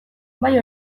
bai